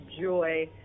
joy